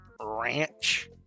ranch